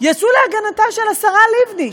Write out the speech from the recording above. להגנתה של השרה לבני,